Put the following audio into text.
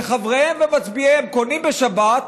שחבריהם ומצביעיהם קונים בשבת,